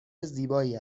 زیبایی